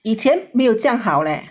以前没有这样好 leh